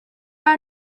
are